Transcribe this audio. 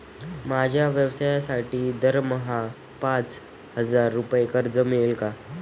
माझ्या व्यवसायासाठी दरमहा पाच हजार रुपये कर्ज मिळेल का?